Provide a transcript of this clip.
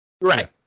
Right